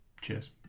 Cheers